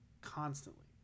Constantly